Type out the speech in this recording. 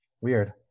Weird